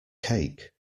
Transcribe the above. cake